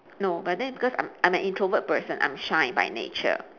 no but then because I'm I'm an introvert person I'm shy by nature